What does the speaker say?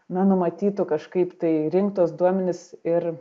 na numatytų kažkaip tai rinkt tuos duomenis ir